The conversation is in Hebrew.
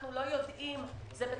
אנחנו לא יודעים אם זה בתוכנית,